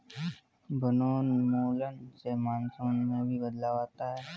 वनोन्मूलन से मानसून में भी बदलाव आता है